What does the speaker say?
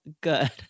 good